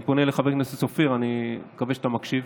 אני פונה לחבר הכנסת סופר, אני מקווה שאתה מקשיב.